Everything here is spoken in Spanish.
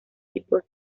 tipos